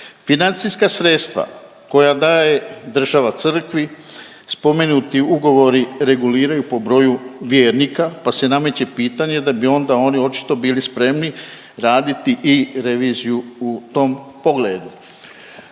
Financijska sredstva koja daje država crkvi spomenuti ugovori reguliraju po broju vjernika pa se nameće pitanje da bi onda oni očito bili spremni raditi i reviziju u tom pogledu.